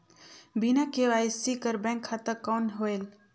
बिना के.वाई.सी कर बैंक खाता कौन होएल?